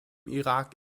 irak